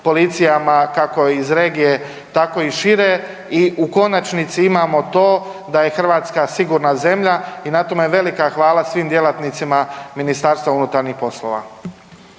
policijama kako iz regije tako i šire i u konačnici imamo to da je Hrvatska sigurna zemlja i na tome velika hvala svim djelatnicima MUP-a. **Reiner, Željko